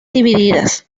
divididas